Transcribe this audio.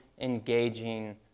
engaging